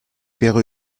wäre